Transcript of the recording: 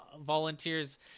volunteers